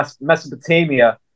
Mesopotamia